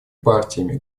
партиями